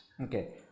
Okay